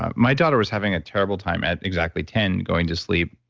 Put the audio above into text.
um my daughter was having a terrible time at exactly ten going to sleep,